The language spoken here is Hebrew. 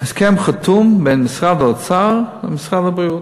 הסכם חתום בין משרד האוצר למשרד הבריאות,